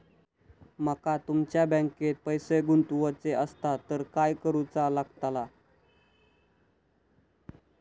माका तुमच्या बँकेत पैसे गुंतवूचे आसत तर काय कारुचा लगतला?